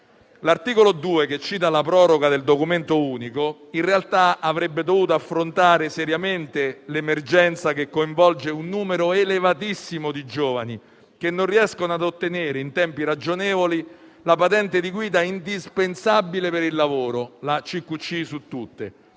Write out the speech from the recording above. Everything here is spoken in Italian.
L'articolo 2, che cita la proroga del documento unico, in realtà avrebbe dovuto affrontare seriamente l'emergenza, che coinvolge un numero elevatissimo di giovani, che non riescono a ottenere in tempi ragionevoli la patente di guida indispensabile per il lavoro, la Carta